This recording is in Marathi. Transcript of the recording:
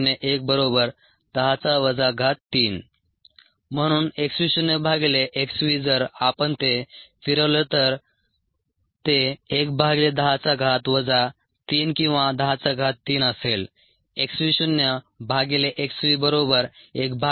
001 10 3 म्हणून x v शून्य भागिले x v जर आपण ते फिरवले तर ते 1 भागिले 10 चा घात वजा 3 किंवा 10 चा घात 3 असेल